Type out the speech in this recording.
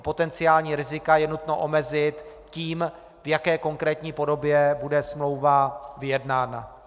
Potenciální rizika je nutno omezit tím, v jaké konkrétní podobě bude smlouva vyjednána.